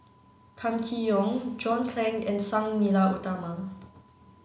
kam Kee Yong John Clang and Sang Nila Utama